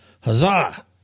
Huzzah